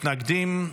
שישה מתנגדים.